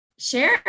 share